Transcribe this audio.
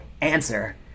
answer